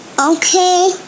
Okay